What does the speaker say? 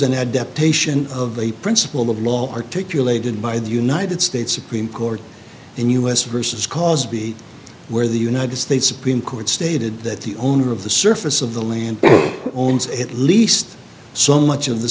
an adaptation of the principle of law articulated by the united states supreme court and us vs cosby where the united states supreme court stated that the owner of the surface of the land owns at least so much of the